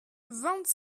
vingt